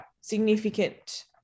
significant